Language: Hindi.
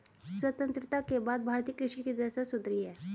स्वतंत्रता के बाद भारतीय कृषि की दशा सुधरी है